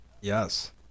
Yes